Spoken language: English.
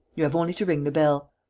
you have only to ring the bell.